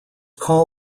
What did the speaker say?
call